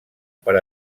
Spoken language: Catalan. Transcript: per